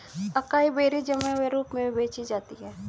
acai berries जमे हुए रूप में भी बेची जाती हैं